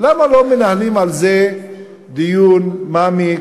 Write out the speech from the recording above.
למה לא מנהלים על זה דיון מעמיק